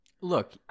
Look